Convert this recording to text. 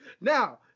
Now